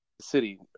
city